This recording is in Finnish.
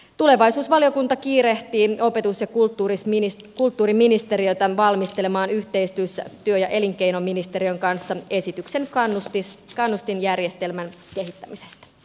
tulevaisuusvaliokunta kiirehtii opetus ja kulttuuriministeriötä valmistelemaan yhteistyössä työ ja elinkeinoministeriön kanssa esityksen kannustinjärjestelmän kehittämisestä